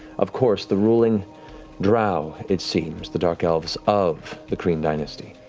of course, the ruling drow, it seems, the dark elves of the kryn dynasty.